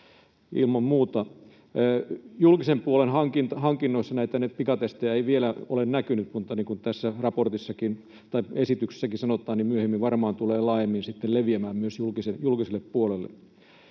ilman muuta. Julkisen puolen hankinnoissa näitä pikatestejä ei vielä ole näkynyt, mutta niin kuin tässä esityksessäkin sanotaan, myöhemmin varmaan tulee laajemmin sitten leviämään myös julkiselle puolelle.